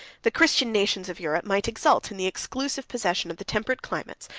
the christian nations of europe might exult in the exclusive possession of the temperate climates,